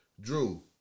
Drew